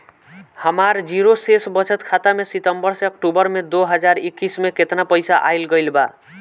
हमार जीरो शेष बचत खाता में सितंबर से अक्तूबर में दो हज़ार इक्कीस में केतना पइसा आइल गइल बा?